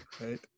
right